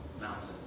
mountain